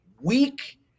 weak